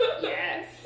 Yes